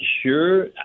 sure